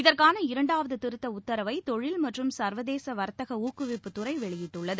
இதற்கான இரண்டாவது திருத்த உத்தரவை தொழில் மற்றும் சா்வதேச வா்த்தக ஊக்குவிப்புத்துறை வெளியிட்டுள்ளது